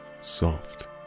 soft